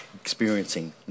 experiencing